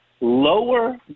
lower